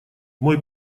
мой